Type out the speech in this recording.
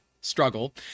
struggle